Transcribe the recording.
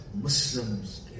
Muslims